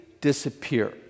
disappear